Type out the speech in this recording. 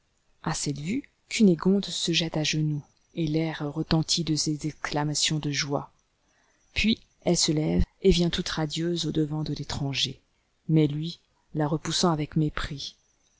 a cette vue cunégonde se jette à genoux et l'air retentit de ses exclamations de joie puis elle se lève et vient toute radieuse au devant de fétranger mais lui la repoussant avec mépris